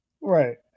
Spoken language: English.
Right